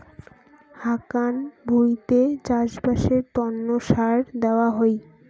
হাকান ভুঁইতে চাষবাসের তন্ন সার দেওয়া হই